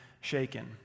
shaken